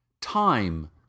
Time